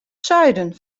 zuiden